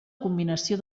combinació